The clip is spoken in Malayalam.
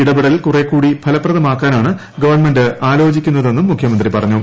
ഇൌ കുറെക്കൂടി ഫലപ്രദമാക്കാനാണ് ഇടപെടൽ ഗവൺമെന്റ് ആലോചിക്കുന്നതെന്നും മുഖ്യമന്ത്രി പറഞ്ഞു